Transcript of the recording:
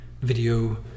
video